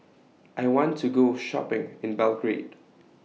I want to Go Shopping in Belgrade